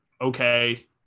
okay